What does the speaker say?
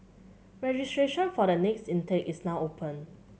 registration for the next intake is now open